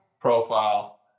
Profile